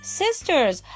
sisters